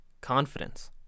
confidence